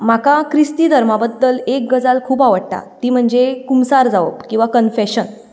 म्हाका क्रिस्ती धर्मा बद्दल एक गजाल खूब आवडटा ती म्हणजे खुमसार जावप किंवां कन्फेशन